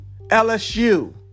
LSU